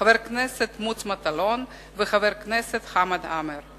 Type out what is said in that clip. חבר הכנסת מוץ מטלון וחבר הכנסת חמד עמאר,